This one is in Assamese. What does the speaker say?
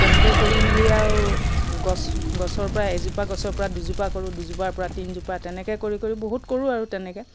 তেনেকৈ কৰি মেলি আৰু গছ গছৰ পৰা এজোপা গছৰ পৰা দুজোপা কৰোঁ দুজোপাৰ পৰা তিনিজোপা তেনেকৈ কৰি কৰি বহুত কৰোঁ আৰু তেনেকৈ